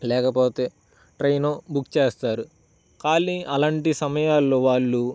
లేకపోతే ట్రైనో బుక్ చేస్తారు ఖాళీ అలాంటి సమయాల్లో వాళ్ళు